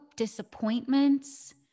disappointments